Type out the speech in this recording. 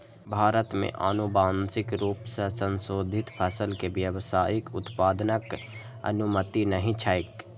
भारत मे आनुवांशिक रूप सं संशोधित फसल के व्यावसायिक उत्पादनक अनुमति नहि छैक